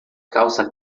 calça